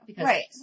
Right